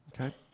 Okay